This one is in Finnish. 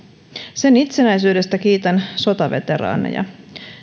sen itsenäisyydestä kiitän sotaveteraaneja